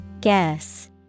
Guess